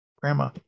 grandma